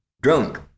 drunk